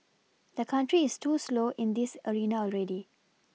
the country is too slow in this arena already